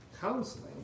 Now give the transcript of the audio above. counseling